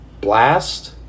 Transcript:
Blast